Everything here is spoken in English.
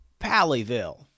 Pallyville